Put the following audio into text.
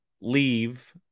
leave